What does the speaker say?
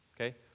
Okay